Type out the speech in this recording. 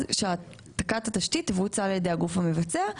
אז שהעתקת התשתית תבוצע על ידי הגוף המבצע.